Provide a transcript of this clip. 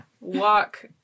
walk